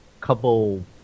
couple